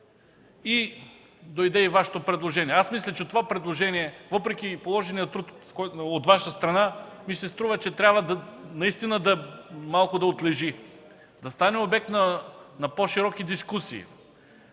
и дойде и Вашето предложение. Мисля, че това предложение, въпреки положения труд от Ваша страна, наистина трябва малко да отлежи, да стане обект на по-широки дискусии,